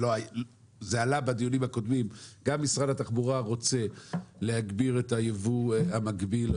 גם משרד התחבורה רוצה להגביר את היבוא המקביל,